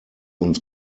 uns